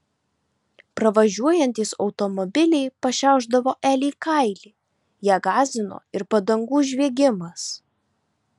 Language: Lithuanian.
pravažiuojantys automobiliai pašiaušdavo elei kailį ją gąsdino ir padangų žviegimas